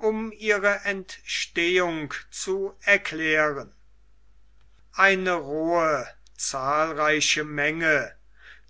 um ihre entstehung zu erklären eine rohe zahlreiche menge